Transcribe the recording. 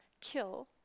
kill